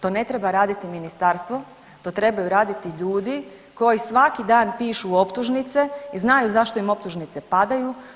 To ne treba raditi Ministarstvo, to trebaju raditi ljudi koji svaki dan pišu optužnice i znaju zašto im optužnice padaju.